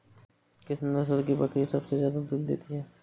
किस नस्ल की बकरी सबसे ज्यादा दूध देती है?